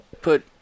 put